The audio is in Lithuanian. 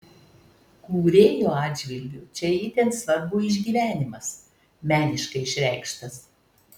kūrėjo atžvilgiu čia itin svarbu išgyvenimas meniškai išreikštas